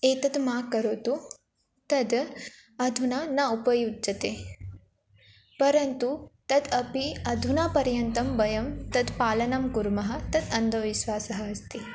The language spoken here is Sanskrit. एतत् मा करोतु तद् न उपयुज्यते परन्तु तत् अपि अधुनापर्यन्तं वयं तत् पालनं कुर्मः तत् अन्धविश्वासः अस्ति